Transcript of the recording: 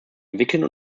entwickeln